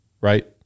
right